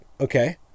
Okay